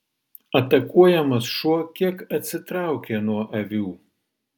atakuojamas šuo kiek atsitraukė nuo avių